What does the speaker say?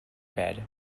bed